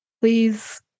please